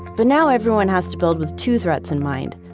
but now everyone has to build with two threats in mind,